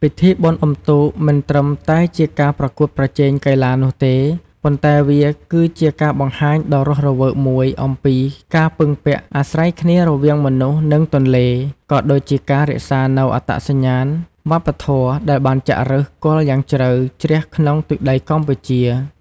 ពិធីបុណ្យអុំទូកមិនត្រឹមតែជាការប្រកួតប្រជែងកីឡានោះទេ ប៉ុន្តែវាគឺជាការបង្ហាញដ៏រស់រវើកមួយអំពីការពឹងពាក់អាស្រ័យគ្នារវាងមនុស្សនិងទន្លេ ក៏ដូចជាការរក្សានូវអត្តសញ្ញាណវប្បធម៌ ដែលបានចាក់ឫសគល់យ៉ាងជ្រៅជ្រះក្នុងទឹកដីកម្ពុជា។